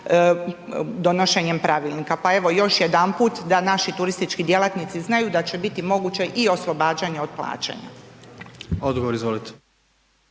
donošenjem pravilnika. Pa evo, još jedanput da naši turistički djelatnici znaju da će biti moguće i oslobađanje od plaćanja. **Jandroković,